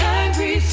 angry